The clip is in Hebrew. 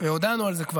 וכבר הודענו על זה,